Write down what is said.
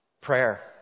Prayer